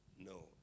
No